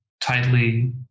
tightly